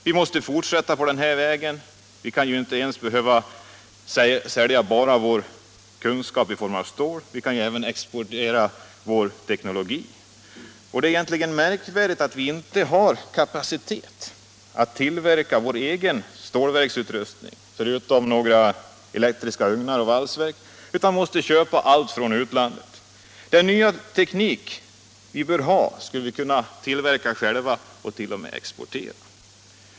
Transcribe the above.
Vi måste fortsätta på den vägen. Vi kanske inte bara behöver följa vår kunskap när det gäller stål, vi kan ju även exportera vår teknologi. Det är egentligen märkligt att vi inte har kapacitet att tillverka vår egen stålverksutrustning = förutom några elektriska ugnar och valsverk — utan måste köpa allt från utlandet. Den nya teknik vi bör ha borde vi kunna tillverka själva och även exportera.